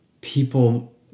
people